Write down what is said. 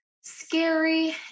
scary